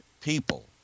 people